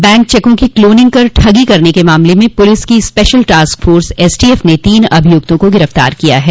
bank चेकों की cloning कर ठगी करने के मामले में पुलिस की स्पेशल टास्क फोर्स एसटीएफ ने तीन अभियुक्तों को गिरफ्तार किया है